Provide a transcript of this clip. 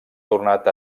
tornat